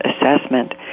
assessment